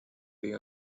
the